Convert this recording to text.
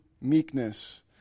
meekness